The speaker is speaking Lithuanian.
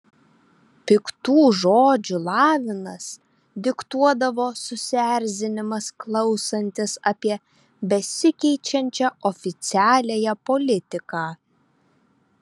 piktų žodžių lavinas diktuodavo susierzinimas klausantis apie besikeičiančią oficialiąją politiką